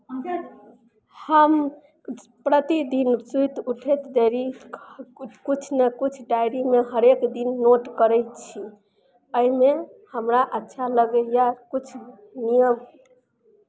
हम प्रतिदिन सुति उठैत देरी किछु ने किछु डायरीमे हरेक दिन नोट करैत छी एहिमे हमरा अच्छा लगैए किछु नियम